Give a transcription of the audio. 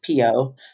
PO